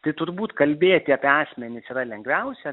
tai turbūt kalbėti apie asmenis yra lengviausia